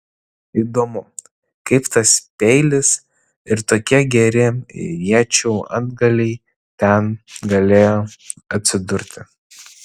įdomu kaip tas peilis ir tokie geri iečių antgaliai ten galėjo atsidurti